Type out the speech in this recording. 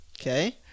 Okay